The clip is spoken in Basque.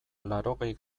laurogei